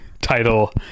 title